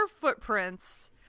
footprints